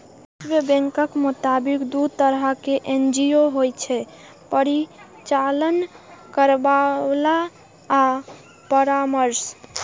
विश्व बैंकक मोताबिक, दू तरहक एन.जी.ओ होइ छै, परिचालन करैबला आ परामर्शी